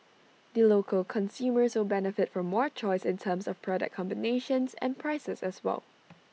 the local consumers will benefit from more choice in terms of product combinations and prices as well